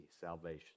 salvation